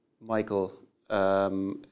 Michael